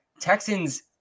Texans